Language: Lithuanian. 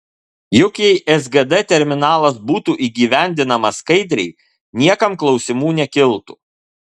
juk jei sgd terminalas būtų įgyvendinamas skaidriai niekam klausimų nekiltų